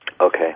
Okay